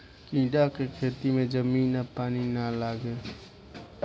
कीड़ा के खेती में जमीन आ पानी ना लागे